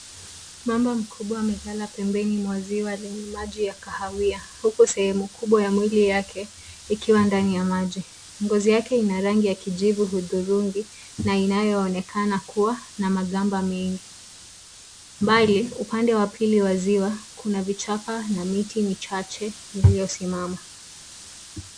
Mamba mkubwa amelala pembeni mwa ziwa lenye maji ya kahawia, huku sehemu kubwa ya mwili wake ikiwa ndani ya maji. Ngozi yake ina rangi ya kijivu hudhurungi, na inayoonekana kuwa na magamba mengi. Mbali, upande wa pili wa ziwa, kuna vichaka na miti michache iliyo simama.